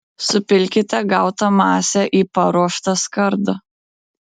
supilkite gautą masę į paruoštą skardą